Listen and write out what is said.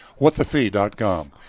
Whatthefee.com